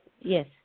yes